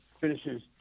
finishes